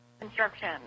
construction